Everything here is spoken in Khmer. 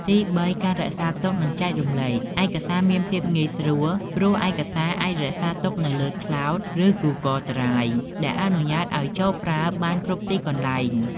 ទីបី ការរក្សាទុក និងចែករំលែក ឯកសារមានភាពងាយស្រួល ព្រោះឯកសារអាចរក្សាទុកនៅលើ ក្លោដ ឬ ហ្គូហ្គលដ្រាយ ដែលអនុញ្ញាតឱ្យចូលប្រើបានគ្រប់ទីកន្លែង។